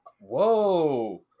Whoa